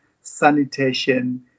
sanitation